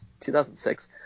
2006